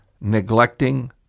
neglecting